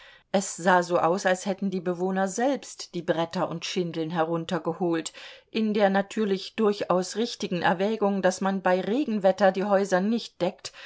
es sah so aus als hätten die bewohner selbst die bretter und schindeln heruntergeholt in der natürlich durchaus richtigen erwägung daß man bei regenwetter die häuser nicht deckt